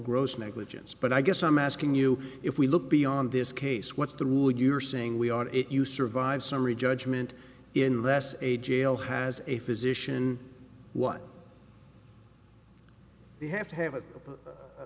gross negligence but i guess i'm asking you if we look beyond this case what's the rule you're saying we are it you survive summary judgment in less a jail has a physician what they have to have a